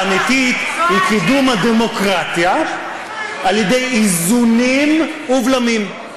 האג'נדה האמיתית היא קידום הדמוקרטיה על ידי איזונים ובלמים.